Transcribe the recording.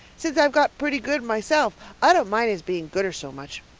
since i've got pretty good myself i don't mind his being gooder so much.